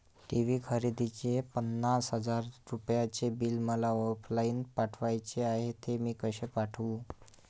TV खरेदीचे पन्नास हजार रुपयांचे बिल मला ऑफलाईन पाठवायचे आहे, ते मी कसे पाठवू?